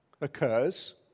occurs